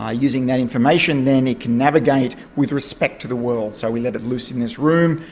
ah using that information then it can navigate with respect to the world. so we let it loose in this room,